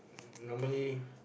normally